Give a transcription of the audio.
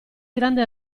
grande